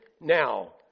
now